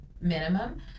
minimum